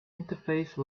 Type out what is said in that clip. interface